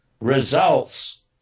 results